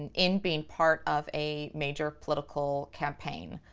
and in being part of a major political campaign,